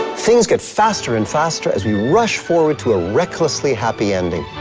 things get faster and faster as we rush forward to a recklessly happy ending.